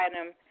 item